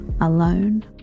alone